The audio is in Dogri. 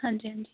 हां जी हां जी